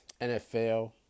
NFL